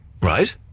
Right